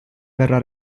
verrà